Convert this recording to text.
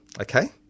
okay